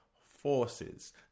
forces